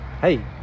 hey